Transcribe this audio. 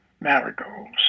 Marigolds